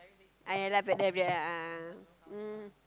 ah I laugh at them ya a'ah a'ah